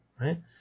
right